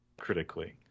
critically